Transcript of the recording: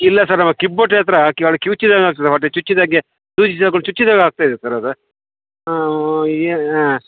ಇಲ್ಲ ಸರ್ ಅದು ಕಿಬ್ಬು ಹೊಟ್ಟೆ ಹತ್ತಿರ ಕಿವಿಚಿದಂತೆ ಆಗ್ತದೆ ಹೊಟ್ಟೆ ಚುಚ್ಚಿದಾಗೆ ಸೂಜಿ ತಗೊಂಡು ಚುಚ್ಚಿದಾಗೆ ಆಗ್ತಾಯಿದೆ ಸರ್ ಅದು ಏ ಹಾಂ